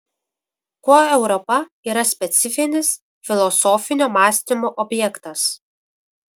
kuo europa yra specifinis filosofinio mąstymo objektas